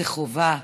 זה חובה,